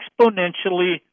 exponentially